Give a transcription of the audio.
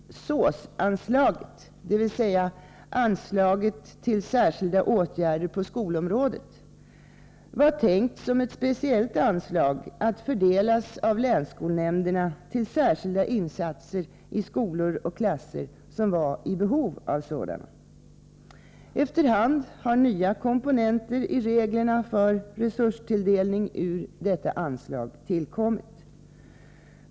SÅS-anslaget — dvs. anslaget till särskilda åtgärder på skolområdet — var tänkt som ett speciellt anslag att fördelas av länsskolnämnderna till särskilda insatser i skolor och klasser som var i behov av sådana. Efter hand har nya komponenter i reglerna för resurstilldelning ur detta anslag tillkommit.